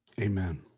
Amen